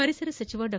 ಪರಿಸರ ಸಚಿವ ಡಾ